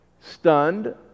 stunned